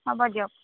হ'ব দিয়ক